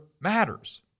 matters